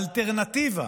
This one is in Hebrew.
האלטרנטיבה